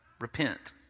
repent